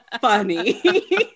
funny